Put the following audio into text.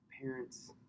parents